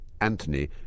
Anthony